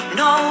no